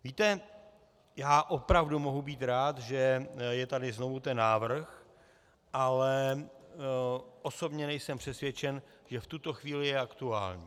Víte, já opravdu mohu být rád, že je tady znovu ten návrh, ale osobně nejsem přesvědčen, že v tuto chvíli je aktuální.